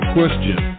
question